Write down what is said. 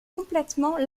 complètement